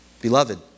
Beloved